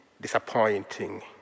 disappointing